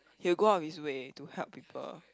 he will go out of his way to help people